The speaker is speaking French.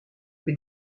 que